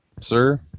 Sir